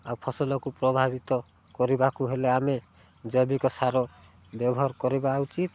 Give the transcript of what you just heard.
ଆଉ ଫସଲକୁ ପ୍ରଭାବିତ କରିବାକୁ ହେଲେ ଆମେ ଜୈବିକ ସାର ବ୍ୟବହାର କରିବା ଉଚିତ